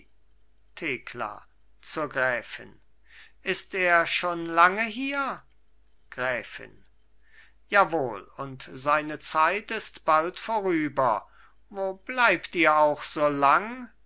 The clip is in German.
thekla zur gräfin ist er schon lange hier gräfin jawohl und seine zeit ist bald vorüber wo bleibt ihr auch so lang